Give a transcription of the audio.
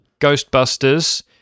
Ghostbusters